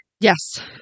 Yes